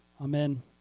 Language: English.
Amen